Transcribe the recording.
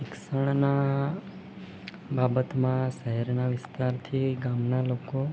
શિક્ષણના બાબતમાં શહેરના વિસ્તારથી ગામના લોકો